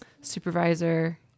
supervisor